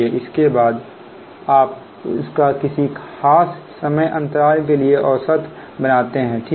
उसके बाद आप इसका किसी खास समय अंतराल के लिए औसत बनाते हैं ठीक है